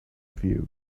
view